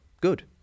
good